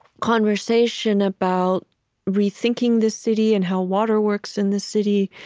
conversation about rethinking the city, and how water works in the city,